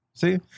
See